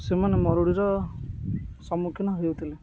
ସେମାନେ ମରୁଡ଼ିର ସମ୍ମୁଖୀନ ହେଉଥିଲେ